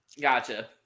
Gotcha